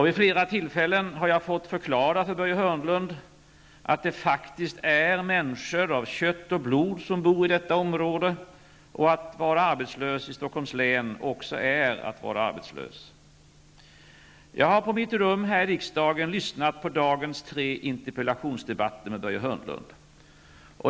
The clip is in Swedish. Vid flera tillfällen har jag fått förklara för Börje Hörnlund att det faktiskt är människor av kött och blod som bor i detta område och att det att vara arbetslös i Stockholm också är att vara arbetslös. Jag har på mitt rum här i riksdagen lyssnat på dagens tre interpellationsdebatter med Börje Hörnlund.